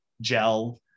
gel